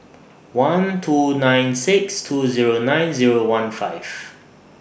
one two nine six two Zero nine Zero one five